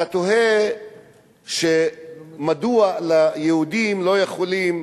אתה תוהה מדוע יהודים לא יכולים